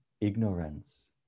ignorance